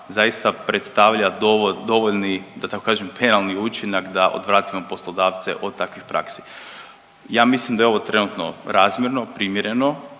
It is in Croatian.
zaista predstavlja dovoljni da tako kažem penalni učinak da odvratimo poslodavce od takvih praksi. Ja mislim da je ovo trenutno razmjerno, primjereno.